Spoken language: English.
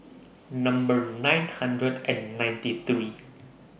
Number nine hundred and ninety three